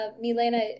Milena